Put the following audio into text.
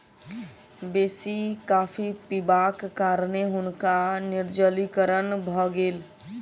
बेसी कॉफ़ी पिबाक कारणें हुनका निर्जलीकरण भ गेल